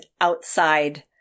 outside